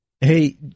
Hey